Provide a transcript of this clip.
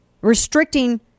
Restricting